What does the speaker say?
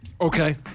Okay